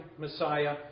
Messiah